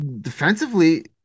Defensively